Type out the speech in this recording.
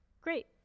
Great